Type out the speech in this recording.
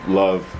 love